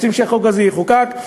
רוצים שהחוק הזה יחוקק.